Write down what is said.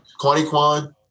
Quaniquan